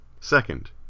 Second